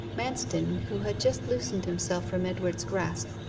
manston, who had just loosened himself from edward's grasp,